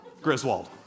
Griswold